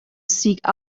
seek